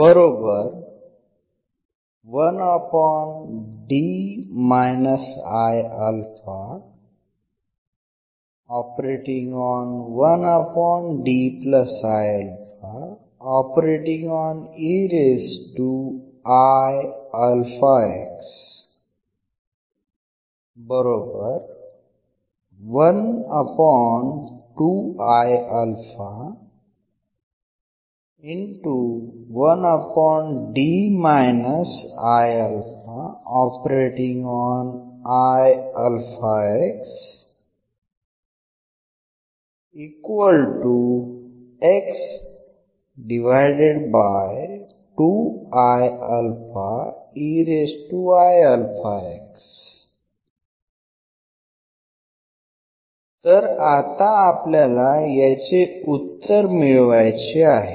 तर आता आपल्याला याचे उत्तर मिळवायचे आहे